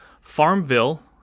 Farmville